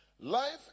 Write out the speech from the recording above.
Life